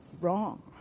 wrong